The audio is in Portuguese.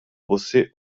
você